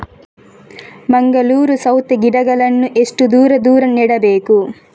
ಮಂಗಳೂರು ಸೌತೆ ಗಿಡಗಳನ್ನು ಎಷ್ಟು ದೂರ ದೂರ ನೆಡಬೇಕು?